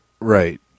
Right